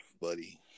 buddy